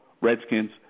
Redskins